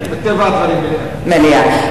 מטבע הדברים, מליאה.